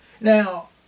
Now